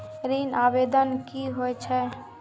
ऋण आवेदन की होय छै?